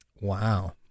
Wow